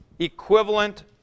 Equivalent